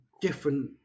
different